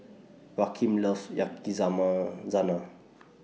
Rakeem loves Yakizakana